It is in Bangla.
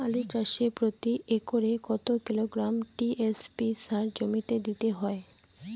আলু চাষে প্রতি একরে কত কিলোগ্রাম টি.এস.পি সার জমিতে দিতে হয়?